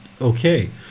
okay